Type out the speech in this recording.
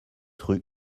rue